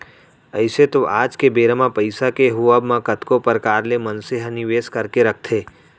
अइसे तो आज के बेरा म पइसा के होवब म कतको परकार ले मनसे ह निवेस करके रखथे